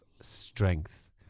strength